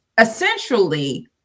essentially